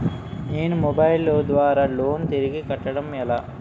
నేను మొబైల్ ద్వారా లోన్ తిరిగి కట్టడం ఎలా?